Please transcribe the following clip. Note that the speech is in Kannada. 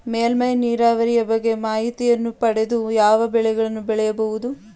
ಮೇಲ್ಮೈ ನೀರಾವರಿಯ ಬಗ್ಗೆ ಮಾಹಿತಿಯನ್ನು ಪಡೆದು ಯಾವ ಬೆಳೆಗಳನ್ನು ಬೆಳೆಯಬಹುದು?